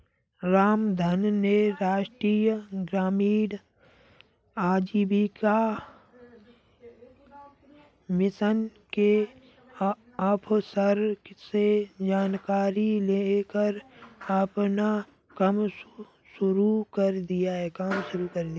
रामधन ने राष्ट्रीय ग्रामीण आजीविका मिशन के अफसर से जानकारी लेकर अपना कम शुरू कर दिया है